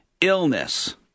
illness